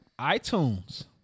iTunes